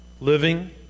Living